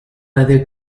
other